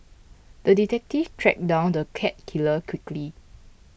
the detective tracked down the cat killer quickly